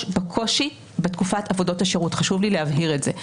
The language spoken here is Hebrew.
בקושי בתקופת עבודות השירות וחשוב לי להבהיר את זה.